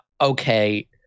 okay